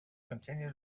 continue